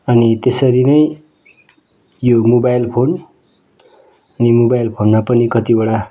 अनि त्यसरी नै यो मोबाइल फोन मोबाइल फोनमा पनि कतिवटा